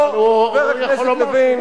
חבר הכנסת לוין,